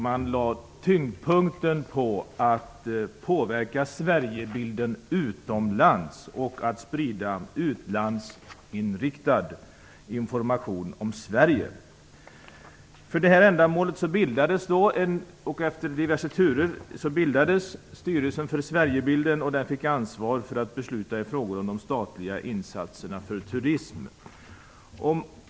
Man lade tyngdpunkten på att påverka Sverigebilden utomlands och att sprida utlandsinriktad information om Sverige. För detta ändamål, och efter diverse turer, bildades Styrelsen för Sverigebilden. Den fick ansvar för att besluta i frågor om de statliga insatserna för turism.